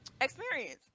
Experience